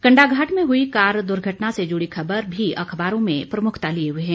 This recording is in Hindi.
कंडाघाट में हुई कार दुर्घटना से जुड़ी खबर भी अखबारों में प्रमुखता लिए हुए हैं